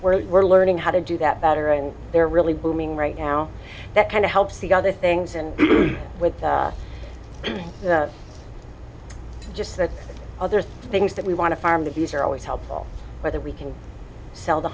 we're we're learning how to do that better and they're really booming right now that kind of helps the other things and with just the other things that we want to farm the bees are always helpful whether we can sell the